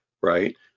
right